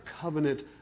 covenant